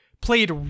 played